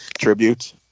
tribute